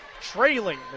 trailing